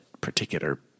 particular